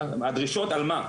הדרישות על מה?